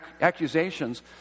accusations